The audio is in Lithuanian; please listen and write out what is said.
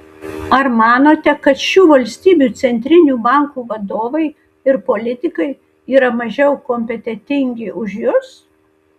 ar manote kad šių valstybių centrinių bankų vadovai ir politikai yra mažiau kompetentingi už jus